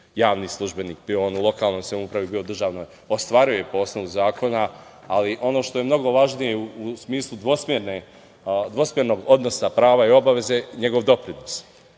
javni službenik, bio on u lokalnoj samoupravi, bio u državnoj, ostvaruje po osnovu zakona, ali ono što je mnogo važnije u smislu dvosmernog odnosa prava i obaveza je njegov doprinos. Da